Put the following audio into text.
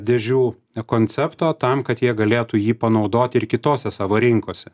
dėžių koncepto tam kad jie galėtų jį panaudoti ir kitose savo rinkose